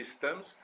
systems